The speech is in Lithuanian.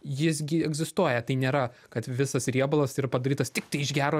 jis gi egzistuoja tai nėra kad visas riebalas yra padarytas tiktai iš gero